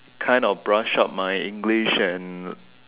kind of brush up my English and